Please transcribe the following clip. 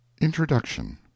Introduction